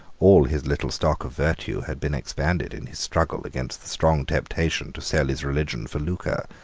all his little stock of virtue had been expended in his struggle against the strong temptation to sell his religion for lucre.